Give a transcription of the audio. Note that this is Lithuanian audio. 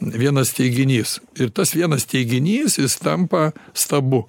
vienas teiginys ir tas vienas teiginys jis tampa stabu